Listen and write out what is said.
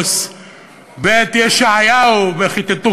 שמגייר אותך.